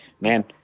Man